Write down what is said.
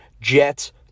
Jets